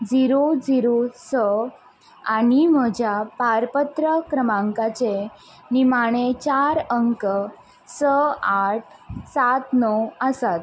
zero zero स आनी म्हज्या पारपत्र क्रमांकाचे निमाणे चार अंक स आठ सात णव आसात